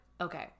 okay